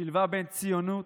שילבה בין ציונות,